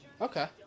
Okay